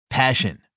Passion